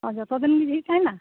ᱟᱨ ᱡᱚᱛᱚ ᱫᱤᱱᱜᱮ ᱡᱷᱤᱡ ᱛᱟᱦᱮᱱᱟ